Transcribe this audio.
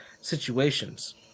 situations